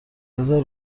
بزار